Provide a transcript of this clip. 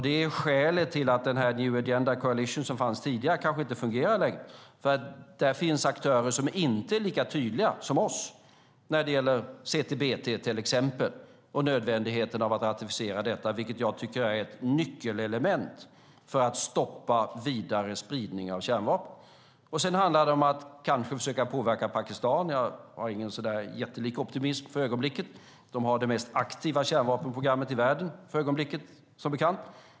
Det är skälet till att EU Agenda Coalition som fanns tidigare kanske inte fungerar längre, för där finns aktörer som inte är lika tydliga som vi när det gäller till exempel CTBT och nödvändigheten av att ratificera detta, vilket jag tycker är ett nyckelelement för att stoppa vidare spridning av kärnvapen. Det handlar sedan om att kanske försöka påverka Pakistan. Jag har för ögonblicket ingen jättelik optimism. De har för ögonblicket det mest aktiva kärnvapenprogrammet i världen, som bekant.